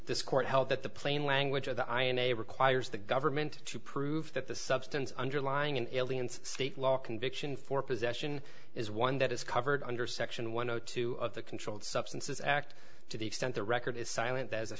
this court held that the plain language of the eye in a requires the government to prove that the substance underlying an alien's state law conviction for possession is one that is covered under section one hundred two of the controlled substances act to the extent the record is silent as a